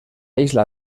isla